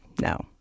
no